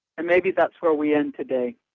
and, maybe that's where we end today,